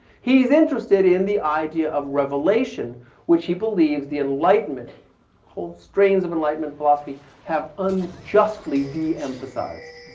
he's interested in the idea of revelation which he believes the enlightenment holds strains of enlightenment philosophy, have unjustly de-emphasized.